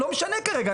לא משנה כרגע,